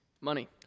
Money